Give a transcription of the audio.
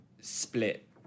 split